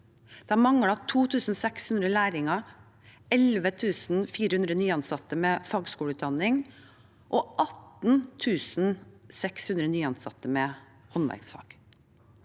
De manglet 2 600 lærlinger, 11 400 nyansatte med fagskoleutdanning og 18 600 nyansatte med håndverksfag.